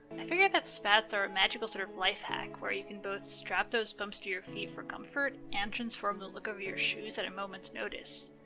i figured that spats are a magical sort of life hack where you can both strap those pumps to your feet for comfort, and transform the look of your shoes at a moment's notice.